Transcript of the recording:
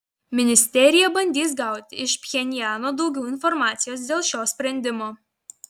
ministerija bandys gauti iš pchenjano daugiau informacijos dėl šio sprendimo